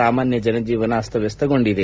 ಸಾಮಾನ್ಯ ಜನ ಜೀವನ ಅಸ್ತವಸ್ತಗೊಂಡಿದೆ